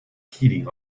heating